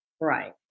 Right